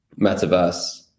metaverse